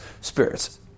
spirits